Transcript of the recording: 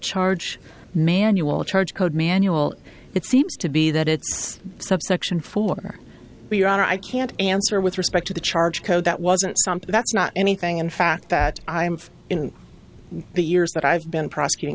charge manual charge code manual it seems to be that it's subsection four but your honor i can't answer with respect to the charge code that wasn't something that's not anything in fact that i am in the years that i've been prosecuting